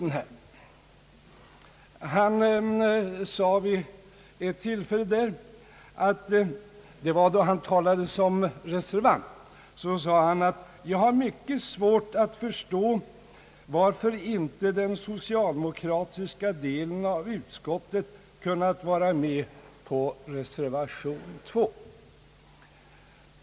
Då herr Bengtson vid ett tillfälle talade i egenskap av reservant sade han sig ha mycket svårt att förstå varför den socialdemokratiska delen av utskottet inte kunnat ansluta sig till reservation 2.